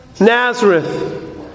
Nazareth